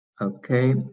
Okay